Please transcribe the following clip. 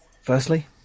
Firstly